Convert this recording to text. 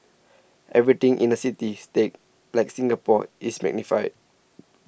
everything in a city state like Singapore is magnified